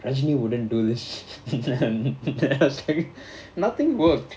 I actually wouldn't do this then I was like nothing worked